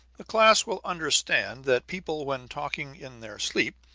the class will understand that people, when talking in their sleep,